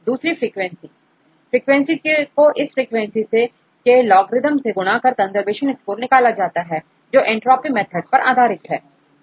दूसरी frequency frequency को इस फ्रीक्वेंसी के लॉग्र्रिदम से गुणा कर कंजर्वेशन स्कोर निकाला जाता है जो एंट्रॉफी मेथड पर आधारित होता है